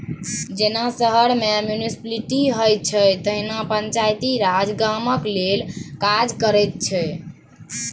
जेना शहर मे म्युनिसप्लिटी होइ छै तहिना पंचायती राज गामक लेल काज करैत छै